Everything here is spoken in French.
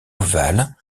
ovales